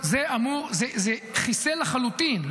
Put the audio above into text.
זה חיסל לחלוטין,